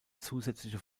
zusätzliche